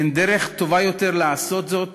אין דרך טובה יותר לעשות זאת